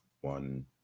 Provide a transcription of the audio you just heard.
One